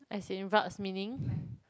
as in meaning